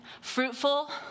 fruitful